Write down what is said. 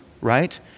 right